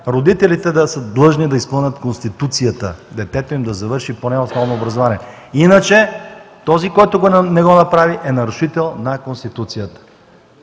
родителите да са длъжни да изпълнят Конституцията, детето им да завърши поне основно образование. Иначе този, който не го направи, е нарушител на Конституцията.